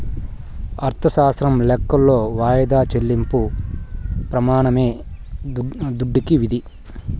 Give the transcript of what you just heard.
అర్ధశాస్త్రం లెక్కలో వాయిదా చెల్లింపు ప్రెమానమే దుడ్డుకి విధి